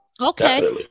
Okay